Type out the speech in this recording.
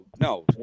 no